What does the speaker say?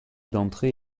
d’entrée